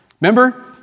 Remember